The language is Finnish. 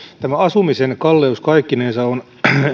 tämä asumisen kalleus kaikkinensa on